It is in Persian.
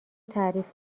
تعریف